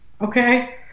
Okay